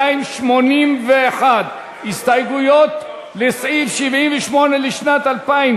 1281, הסתייגויות לסעיף 78 לשנת 2016